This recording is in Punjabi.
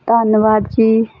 ਧੰਨਵਾਦ ਜੀ